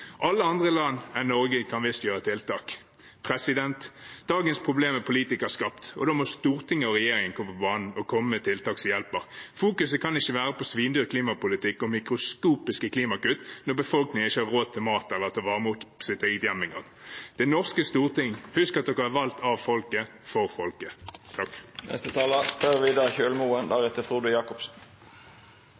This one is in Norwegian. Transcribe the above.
Alle andre land enn Norge kan visst gjøre tiltak. Dagens problem er politikerskapt, og da må Stortinget og regjeringen komme på banen og komme med tiltak som hjelper. Fokuset kan ikke være på svindyr klimapolitikk og mikroskopiske klimagasskutt når befolkningen ikke har råd til mat eller til å varme opp sitt eget hjem engang. Det norske storting: Husk at dere er valgt av folket – for folket!